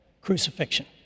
crucifixion